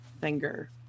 finger